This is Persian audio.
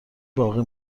باقی